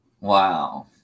Wow